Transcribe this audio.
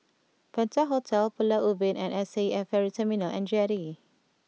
Penta Hotel Pulau Ubin and S A F Ferry Terminal and Jetty